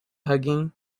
hugging